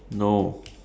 no